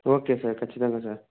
okay sir ఖచ్చితంగా sir